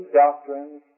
doctrines